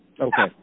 Okay